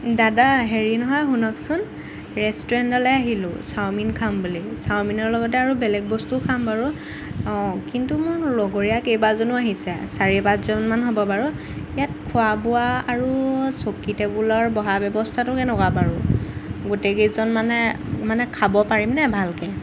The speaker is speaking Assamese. দাদা হেৰি নহয় শুনকছোন ৰেষ্টুৰেণ্টলৈ আহিলোঁ চাওমিন খাম বুলি চাওমিনৰ লগতে আৰু বেলেগ বস্তুও খাম বাৰু অঁ কিন্তু মোৰ লগৰীয়া কেইবাজনো আহিছে চাৰি পাঁচজনমান হ'ব বাৰু ইয়াত খোৱা বোৱা আৰু চকী টেবুলৰ বহা ব্যৱস্থাটো কেনেকুৱা বাৰু গোটেই কেইজনমানে মানে খাব পাৰিম নাই ভালকৈ